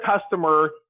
customer